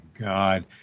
God